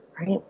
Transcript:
Right